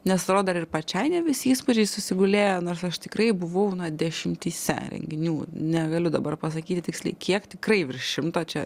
nes rodor ir pačiai ne visi įspūdžiai susigulėjo nors aš tikrai buvau dešimtyse renginių negaliu dabar pasakyti tiksliai kiek tikrai virš šimto čia